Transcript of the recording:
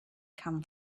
come